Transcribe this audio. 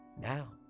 Now